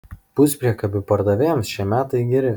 puspriekabių pardavėjams šie metai geri